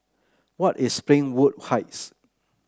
where is Springwood Heights